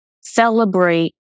celebrate